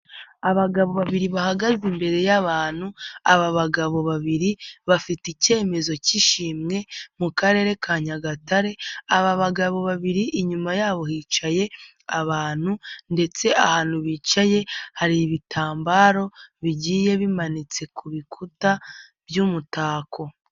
Abagabo babiri bahagaze imbere y'abantu, aba bagabo babiri bafite icyemezo cy'ishimwe mu karere ka Nyagatare, aba bagabo babiri inyuma yabo hicaye abantu ndetse ahantu bicaye hari ibitambaro bigiye bimanitse ku bikuta by'umutako.